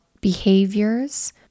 behaviors